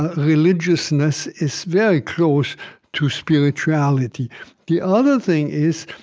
religiousness is very close to spirituality the other thing is,